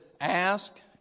ask